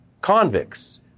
convicts